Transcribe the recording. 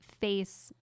face